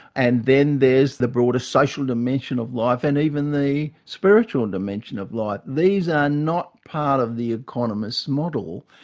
and then there's the broader social dimension of life and even the spiritual and dimension of life. these are not part of the economist's model.